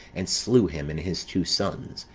and slew him, and his two sons,